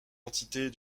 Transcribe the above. entités